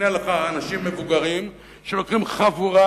הנה לך אנשים מבוגרים שלוקחים חבורה